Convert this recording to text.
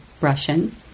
Russian